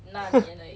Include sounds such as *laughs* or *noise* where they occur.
*laughs*